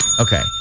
Okay